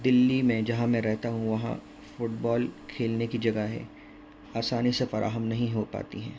دلی میں جہاں میں رہتا ہوں وہاں فٹ بال کھیلنے کی جگہیں آسانی سے فراہم نہیں ہو پاتی ہیں